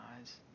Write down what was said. eyes